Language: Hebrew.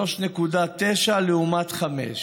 3.9 לעומת 5,